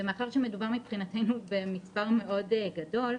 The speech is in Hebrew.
מאחר שמדובר במספר מאוד גדול,